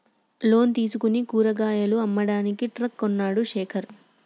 loan తీసుకుని కూరగాయలు అమ్మడానికి ట్రక్ కొన్నడు శేఖర్